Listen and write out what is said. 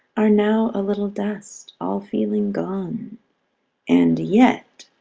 are now a little dust, all feeling gone and yet.